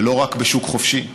ולא רק בשוק חופשי.